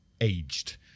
aged